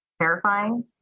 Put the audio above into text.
terrifying